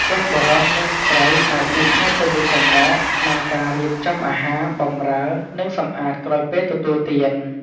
ទាំងបុរស និងស្ត្រីអាចជួយគ្នាទៅវិញទៅមកក្នុងការរៀបចំអាហារ បម្រើ និងសម្អាតក្រោយពេលទទួលទាន។